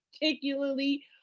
particularly